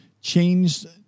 changed